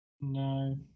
No